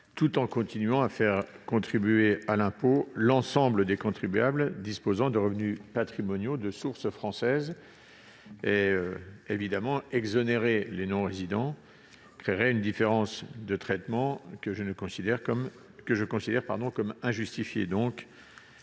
tout en continuant à faire contribuer à l'impôt l'ensemble des contribuables disposant de revenus patrimoniaux de source française. Exonérer les non-résidents créerait une différence de traitement que je considère comme injustifiée.